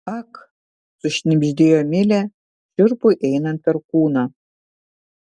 ak sušnibždėjo milė šiurpui einant per kūną